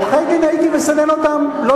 עורכי-דין זה הדבר הראשון,